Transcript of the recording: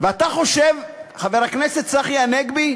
ואתה חושב, חבר הכנסת צחי הנגבי,